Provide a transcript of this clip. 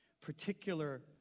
particular